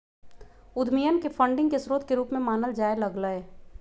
उद्यमियन के फंडिंग के स्रोत के रूप में मानल जाय लग लय